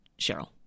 Cheryl